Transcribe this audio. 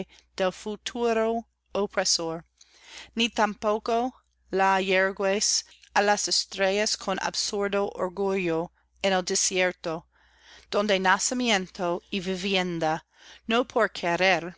futuro opresor ni tampoco la yergues á las estrellas con absurdo orgullo en el desierto donde nacimiento y vivienda no por querer